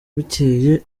bukeye